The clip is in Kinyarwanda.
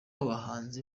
abahanzi